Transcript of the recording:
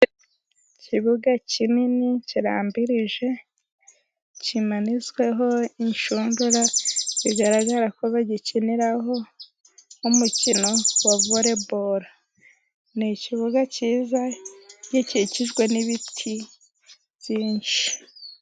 Ikibuga kinini kirambirije, kimanitsweho inshundura zigaragara ko bagikiniraho umukino wa voriboro, ni ikibuga cyiza, gikikijwe n'ibiti byinshi.